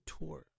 tour